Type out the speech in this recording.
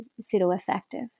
pseudo-effective